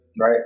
right